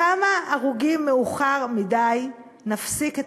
כמה הרוגים מאוחר מדי נפסיק את